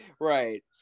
Right